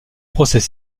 procès